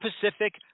Pacific